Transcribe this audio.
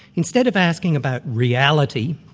instead of asking about reality,